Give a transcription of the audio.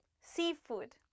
Seafood